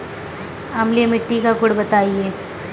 अम्लीय मिट्टी का गुण बताइये